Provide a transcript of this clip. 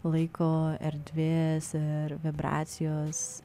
laiko erdvės ir vibracijos